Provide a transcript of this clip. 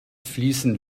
fließen